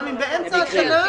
גם אם באמצע השנה,